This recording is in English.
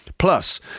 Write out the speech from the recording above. Plus